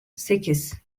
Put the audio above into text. sekiz